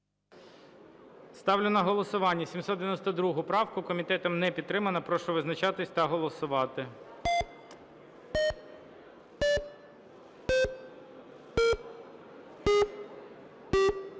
Ставлю на голосування 792 правку. Комітетом не підтримана. Прошу визначатись та голосувати.